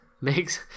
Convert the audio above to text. makes